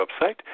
website